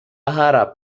harap